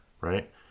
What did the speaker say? right